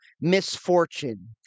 misfortune